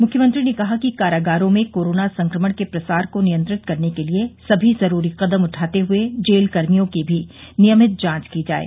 मुख्यमंत्री ने कहा कि कारागारों में कोरोना संक्रमण के प्रसार को नियंत्रित करने के लिये सभी जरूरी कदम उठाते हुए जेल कर्मियों की भी नियमित जांच की जाये